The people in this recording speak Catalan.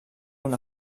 una